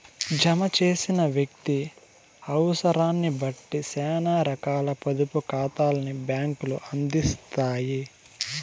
జమ చేసిన వ్యక్తి అవుసరాన్నిబట్టి సేనా రకాల పొదుపు కాతాల్ని బ్యాంకులు అందిత్తాయి